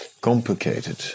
complicated